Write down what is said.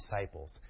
disciples